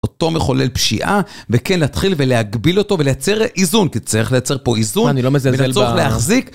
אותו מחולל פשיעה, וכן להתחיל ולהגביל אותו ולייצר איזון, כי צריך לייצר פה איזון מה אני לא מזלזל ב וצריך להחזיק